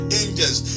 angels